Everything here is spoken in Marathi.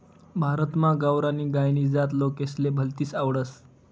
भारतमा गावरानी गायनी जात लोकेसले भलतीस आवडस